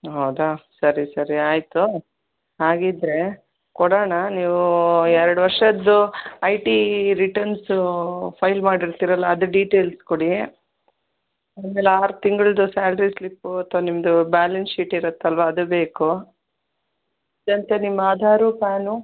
ಹೌದಾ ಸರಿ ಸರಿ ಆಯಿತು ಹಾಗಿದ್ದರೆ ಕೊಡೋಣ ನೀವು ಎರಡು ವರ್ಷದ್ದು ಐ ಟಿ ರಿಟನ್ಸು ಫೈಲ್ ಮಾಡಿರ್ತೀರಲ್ಲ ಅದು ಡಿಟೇಲ್ಸ್ ಕೊಡಿ ಆಮೇಲೆ ಆರು ತಿಂಗ್ಳದ್ದು ಸ್ಯಾಲ್ರಿ ಸ್ಲಿಪ್ಪು ಅಥವಾ ನಿಮ್ಮದು ಬ್ಯಾಲೆನ್ಸ್ ಶೀಟ್ ಇರುತ್ತಲ್ವ ಅದು ಬೇಕು ಜೊತೆ ನಿಮ್ಮ ಆಧಾರು ಪ್ಯಾನು